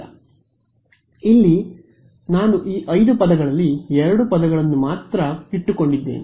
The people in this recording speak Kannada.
ಆದರೆ ಇಲ್ಲಿ ನಾನು ಈ 5 ಪದಗಳಲ್ಲಿ 2 ಪದಗಳನ್ನು ಮಾತ್ರ ಇಟ್ಟುಕೊಂಡಿದ್ದೇನೆ